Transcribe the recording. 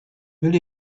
will